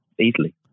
easily